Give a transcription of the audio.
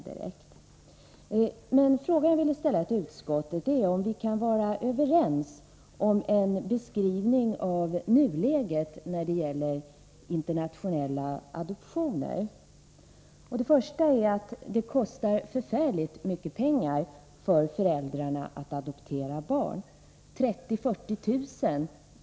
Men den fråga jag vill ställa till utskottets företrädare är om vi kan vara överens om en beskrivning av nuläget när det gäller internationella adoptioner. Först och främst kostar det förfärligt mycket pengar för föräldrarna att adoptera barn. 30 000-40 000 kr.